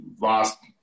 lost